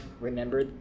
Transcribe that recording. remember